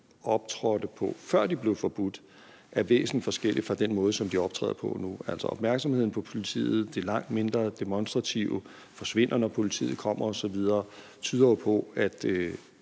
optrådte på, før de blev forbudt, er væsensforskellig fra den måde, som de optræder på nu. Altså, opmærksomheden på politiet – de er langt mindre demonstrative; de forsvinder, når politiet kommer, osv. – tyder jo på, at